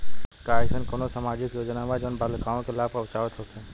का एइसन कौनो सामाजिक योजना बा जउन बालिकाओं के लाभ पहुँचावत होखे?